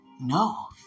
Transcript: No